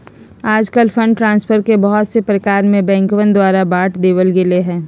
आजकल fund transfer के बहुत से प्रकार में बैंकवन द्वारा बांट देवल गैले है